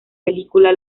película